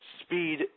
speed